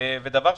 אולי